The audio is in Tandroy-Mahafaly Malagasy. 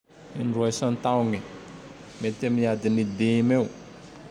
Indroa isa-taogne. Mety amy adiny dimy eo.